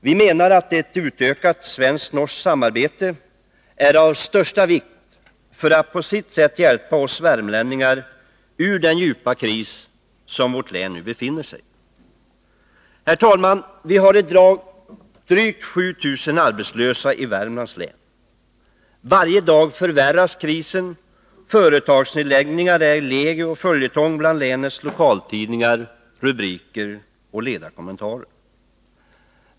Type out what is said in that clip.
Vi menar att ett utökat svensk-norskt samarbete är av stor vikt för att på sitt sätt hjälpa oss värmlänningar ur den djupa kris vårt län befinner sig i. Vi har i dag drygt 7 000 arbetslösa i Värmlands län. Varje dag förvärras krisen. Företagsnedlägningar är legio och de är en följetong bland länets lolkaltidningar i rubriker och ledarkommentarer.